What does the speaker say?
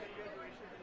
graduation